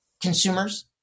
consumers